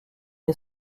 est